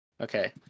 Okay